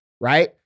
right